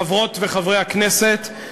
חברות וחברי הכנסת,